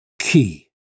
key